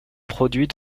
produit